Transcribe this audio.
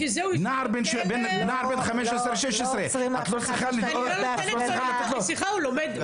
נער בן 15 16 --- סליחה, הוא לומד.